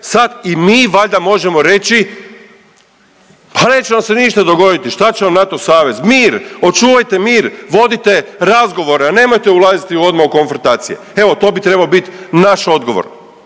sad i mi valjda možemo reći pa neće vam se ništa dogoditi, šta će vam NATO savez, mir, očuvajte mir, vodite razgovore, a nemojte ulaziti odmah u konfrontacije. Eto, to bi trebao biti naš odgovor.